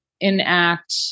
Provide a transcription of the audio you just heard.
enact